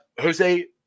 Jose